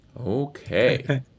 Okay